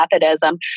Methodism